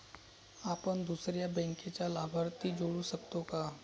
आपण दुसऱ्या बँकेचा लाभार्थी जोडू शकतो का?